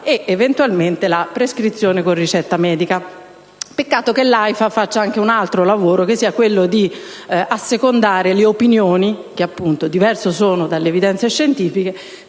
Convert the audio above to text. ed eventualmente la prescrizione con ricetta medica. Peccato che l'AIFA faccia anche un altro vero lavoro: quello di assecondare le opinioni, che sono cosa diversa dalle evidenze scientifiche.